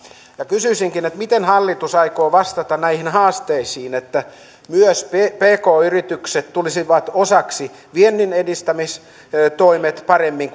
kysyisinkin miten hallitus aikoo vastata näihin haasteisiin että myös pk yritykset tulisivat osaksi vienninedistämistoimia paremmin